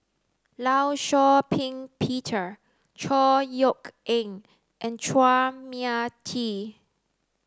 Law Shau Ping Peter Chor Yeok Eng and Chua Mia Tee